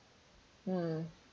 mm